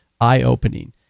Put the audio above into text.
eye-opening